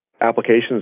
applications